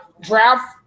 draft